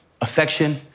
affection